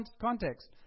context